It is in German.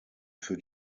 für